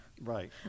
Right